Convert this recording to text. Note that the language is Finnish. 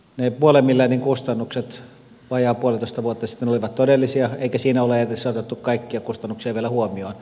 ne puolen miljardin kustannukset vajaa puolitoista vuotta sitten olivat todellisia eikä siinä ole edes otettu kaikkia kustannuksia vielä huomioon